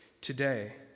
today